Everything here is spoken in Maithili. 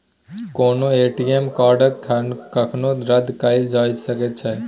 कोनो ए.टी.एम कार्डकेँ कखनो रद्द कराएल जा सकैत छै